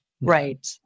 Right